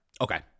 Okay